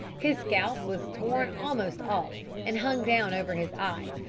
his scalp was torn almost off, and hung down over his eyes,